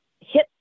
hit